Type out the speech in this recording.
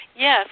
Yes